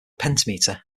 pentameter